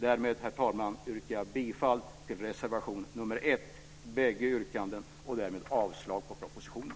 Därmed, herr talman, yrkar jag bifall till reservation nr 1 under bägge punkterna och därmed avslag på propositionen.